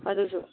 ꯑꯗꯨꯁꯨ